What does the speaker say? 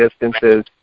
distances